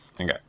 Okay